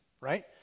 Right